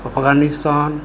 Afghanistan